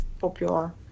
popular